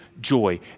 joy